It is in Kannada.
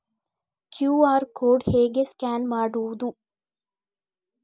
ಕ್ಯೂ.ಆರ್ ಕೋಡ್ ಹೇಗೆ ಸ್ಕ್ಯಾನ್ ಮಾಡುವುದು?